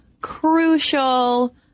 crucial